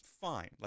fine